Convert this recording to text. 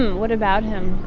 what about him?